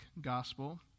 gospel